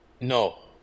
No